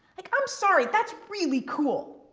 like i'm sorry, that's really cool.